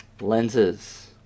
lenses